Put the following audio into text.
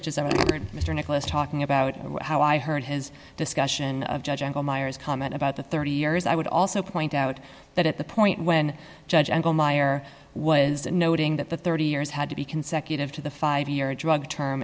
which is that mr nicholas talking about how i heard his discussion of judge on miers comment about the thirty years i would also point out that at the point when judge uncle meyer was noting that the thirty years had to be consecutive to the five year drug term